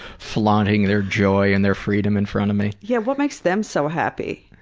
flaunting their joy and their freedom in front of me. yeah, what makes them so happy?